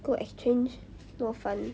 go exchange more fun